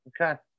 Okay